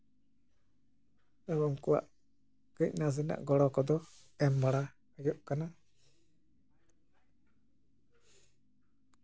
ᱩᱱᱠᱩᱣᱟᱜ ᱠᱟᱺᱪ ᱱᱟᱥᱮᱱᱟᱟᱜ ᱜᱚᱲᱚ ᱠᱚᱫᱚ ᱮᱢ ᱵᱟᱲᱟ ᱦᱩᱭᱩᱜ ᱠᱟᱱᱟ